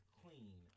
clean